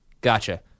Gotcha